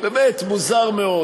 באמת, מוזר מאוד.